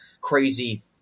crazy